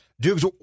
Dukes